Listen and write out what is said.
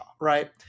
right